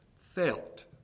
felt